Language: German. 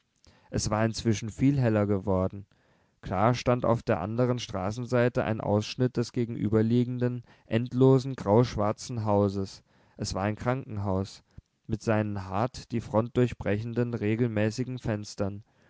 es war inzwischen viel heller geworden klar stand auf der anderen straßenseite ein ausschnitt des gegenüberliegenden endlosen grauschwarzen hauses es war ein krankenhaus mit seinen hart die front durchbrechenden regelmäßigen fenstern